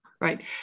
right